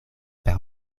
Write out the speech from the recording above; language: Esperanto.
per